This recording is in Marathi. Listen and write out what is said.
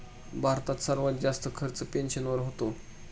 भारतात सर्वात जास्त खर्च पेन्शनवर होतो